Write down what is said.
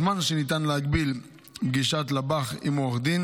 הזמן שניתן להגביל פגישת לב"ח עם עורך דין